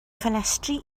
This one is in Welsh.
ffenestri